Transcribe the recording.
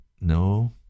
No